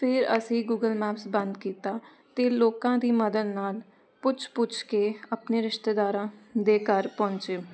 ਫਿਰ ਅਸੀਂ Google Maps ਬੰਦ ਕੀਤਾ ਅਤੇ ਲੋਕਾਂ ਦੀ ਮਦਦ ਨਾਲ ਪੁੱਛ ਪੁੱਛ ਕੇ ਆਪਣੇ ਰਿਸ਼ਤੇਦਾਰਾਂ ਦੇ ਘਰ ਪਹੁੰਚੇ